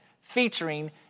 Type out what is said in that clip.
featuring